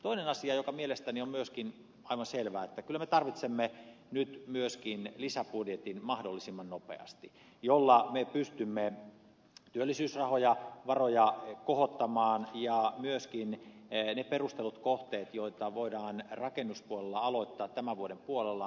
toinen asia joka mielestäni on myöskin aivan selvää on se että kyllä me tarvitsemme nyt myöskin lisäbudjetin mahdollisimman nopeasti jolla me pystymme työllisyysvaroja kohottamaan ja myöskin ne perustellut kohteet joita voidaan rakennuspuolella aloittaa tämän vuoden puolella saadaan liikkeelle